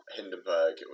Hindenburg